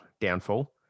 downfall